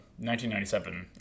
1997